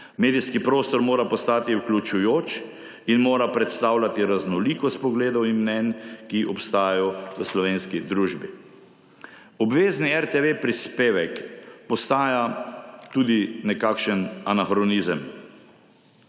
Medijski prostor mora postati vključujoč in mora predstavljati raznolikost pogledov in mnenj, ki obstajajo v slovenski družbi. Obvezni RTV prispevek postaja tudi nekakšen anahronizem.